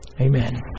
Amen